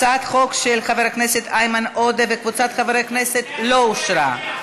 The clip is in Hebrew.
הצעת החוק של חבר הכנסת איימן עודה וקבוצת חברי הכנסת לא אושרה.